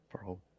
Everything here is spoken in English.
Bro